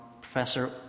Professor